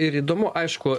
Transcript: ir įdomu aišku